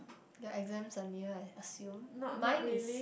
your exams are near I assume mine is